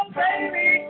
baby